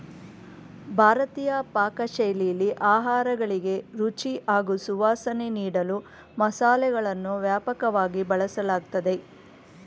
ಭಾರತೀಯ ಪಾಕಶೈಲಿಲಿ ಆಹಾರಗಳಿಗೆ ರುಚಿ ಹಾಗೂ ಸುವಾಸನೆ ನೀಡಲು ಮಸಾಲೆಗಳನ್ನು ವ್ಯಾಪಕವಾಗಿ ಬಳಸಲಾಗ್ತದೆ